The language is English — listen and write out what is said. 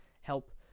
help